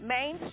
Main